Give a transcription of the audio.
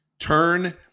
turn